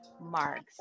marks